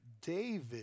David